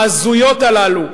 ההזויות הללו?